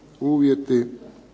uvjeti.